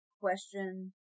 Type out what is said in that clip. question